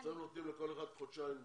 אתם נותנים לכל אחד חודשיים למשוך.